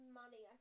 money